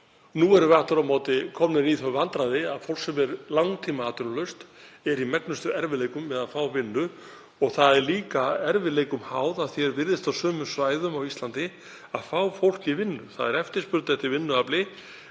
Nú erum við aftur á móti komnir í þau vandræði að fólk sem er langtímaatvinnulaust er í megnustu erfiðleikum með að fá vinnu og það er líka erfiðleikum háð, að því er virðist á sömu svæðum á Íslandi, að fá fólk í vinnu. Það er eftirspurn eftir vinnuafli,